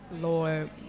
Lord